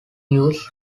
use